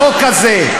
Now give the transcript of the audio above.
החוק הזה,